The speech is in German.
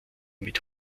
mit